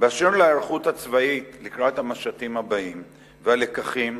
באשר להיערכות הצבאית לקראת המשטים הבאים והלקחים,